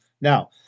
Now